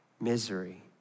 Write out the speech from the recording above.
misery